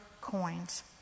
coins